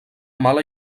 mala